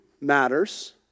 matters